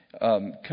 come